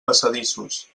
passadissos